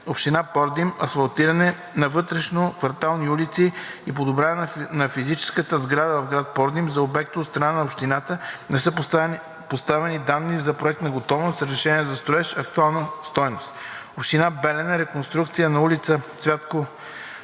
Община Пордим – „Асфалтиране на вътрешноквартални улици и подобряване на физическата среда в град Пордим“ – за обекта от страна на Общината не са представени данни за проектна готовност, разрешение за строеж, актуална стойност; - Община Белене – ,,Реконструкция на улица ,,Цвятко